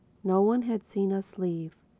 no one had seen us leave.